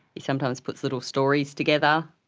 he sometimes puts little stories together.